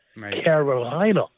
Carolina